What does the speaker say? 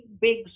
big